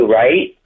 right